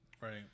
Right